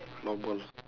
floorball